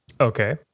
Okay